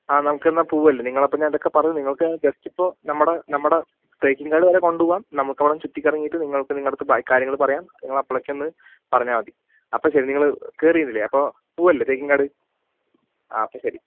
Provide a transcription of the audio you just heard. ആ നമുക്കെന്നാൽ പോവുകയല്ലെ നിങ്ങൾ അപ്പോൾ ഞാൻ ഇതൊക്കെ പറഞ്ഞ് നിങ്ങൾക്ക് ജസ്റ്റ് ഇപ്പോൾ നമ്മുടെ നമ്മുടെ തേക്കിൻകാട് വരെ കൊണ്ടുപോവാം നമുക്ക് അവിടെ ചുറ്റി കറങ്ങിയിട്ട് നിങ്ങൾക്ക് നിങ്ങളെയടുത്ത് ബാക്കി കാര്യങ്ങൾ പറയാം നിങ്ങൾ അപ്പോഴേക്ക് ഒന്ന് പറഞ്ഞാൽമതി അപ്പോൾ ശരി നിങ്ങൾ കയറിയിരുന്നില്ലേ അപ്പോൾ പോവുകയല്ലേ തേക്കിൻകാട് ആ ഓക്കേ ശരി